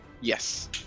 Yes